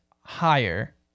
higher